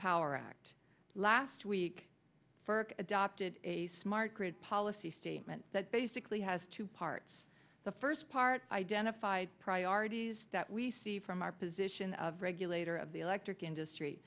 power act last week for adopted a smart grid policy statement that basically has two parts the first part identified priorities that we see from our position of regulator of the electric industry